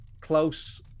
close